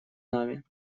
нами